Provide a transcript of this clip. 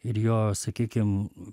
ir jo sakykim